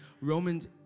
Romans